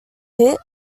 hit